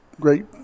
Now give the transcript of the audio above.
great